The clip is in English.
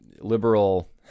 liberal